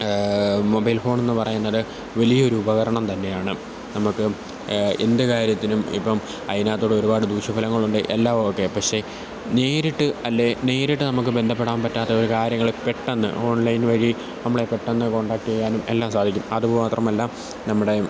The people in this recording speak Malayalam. മൊബൈൽ ഫോണെന്ന് പറയുന്നത് വലിയൊരു ഉപകരണം തന്നെയാണ് നമുക്ക് എന്ത് കാര്യത്തിനും ഇപ്പോള് അതിനാത്തൂടെ ഒരുപാട് ദൂഷ്യഫലങ്ങളുണ്ട് എല്ലാം ഓക്കെ പക്ഷെ നേരിട്ട് അല്ലേ നേരിട്ട് നമുക്കു ബന്ധപ്പെടാന് പറ്റാത്തൊരു കാര്യങ്ങള് പെട്ടെന്ന് ഓൺലൈൻ വഴി നമ്മളെ പെട്ടെന്ന് കോണ്ടാക്റ്റെയ്യാനും എല്ലാം സാധിക്കും അതുമാത്രമല്ല നമ്മുടെ